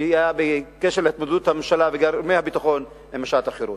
שהיה בהתמודדות הממשלה וגורמי הביטחון במשט החירות.